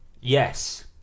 Yes